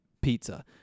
Pizza